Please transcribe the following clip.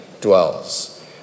dwells